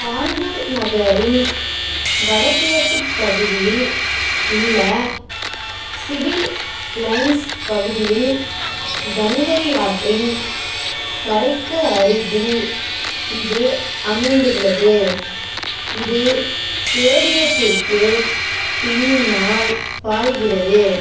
கான்பூர் நகரின் வடகிழக்குப் பகுதியில் உள்ள சிவில் லைன்ஸ் பகுதியில் கங்கை ஆற்றின் கரைக்கு அருகில் இது அமைந்துள்ளது இது ஸ்டேடியத்திற்குப் பின்னால் பாய்கிறது